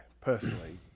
personally